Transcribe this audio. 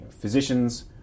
physicians